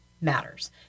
matters